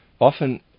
Often